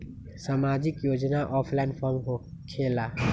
समाजिक योजना offline form होकेला?